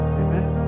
amen